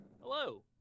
hello